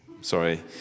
sorry